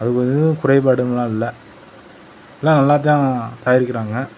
அதில் எதுவும் குறைபாடுன்னுலாம் இல்லை எல்லாம் நல்லாத்தான் தயாரிக்கிறாங்க